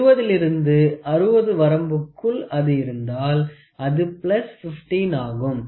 20 லிருந்து 60 வரம்புக்குள் அது இருந்தால் அது 15 ஆகும்